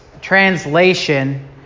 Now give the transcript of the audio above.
translation